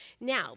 Now